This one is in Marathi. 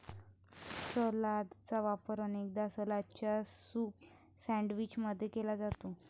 सलादचा वापर अनेकदा सलादच्या सूप सैंडविच मध्ये केला जाते